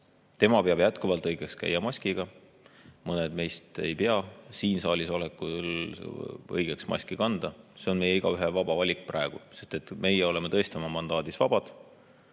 Tema peab jätkuvalt õigeks käia maskiga. Mõned meist ei pea siin saalis olles õigeks maski kanda. See on meie igaühe vaba valik praegu. Meie oleme tõesti oma mandaadis vabad.